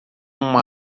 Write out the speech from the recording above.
uma